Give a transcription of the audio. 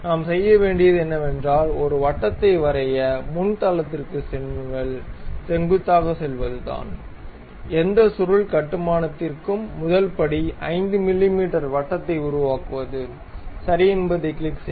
நாம் செய்ய வேண்டியது என்னவென்றால் ஒரு வட்டத்தை வரைய முன் வலது தளத்திற்குச் செங்குத்தாக செல்வது எந்த சுருள் கட்டுமானத்திற்கும் முதல் படி 5 மிமீ வட்டத்தை உருவாக்குவது சரி என்பதைக் கிளிக் செய்க